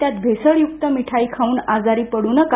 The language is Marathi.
त्यात भेसळयुक्त मिठाई खाऊन आजारी पडू नका